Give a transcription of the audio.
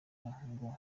ngo